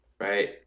right